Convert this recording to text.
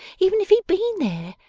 even if he'd been there.